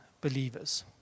believers